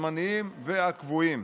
הזמניים והקבועים.